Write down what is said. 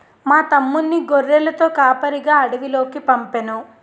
మా తమ్ముణ్ణి గొర్రెలతో కాపరిగా అడవిలోకి పంపేను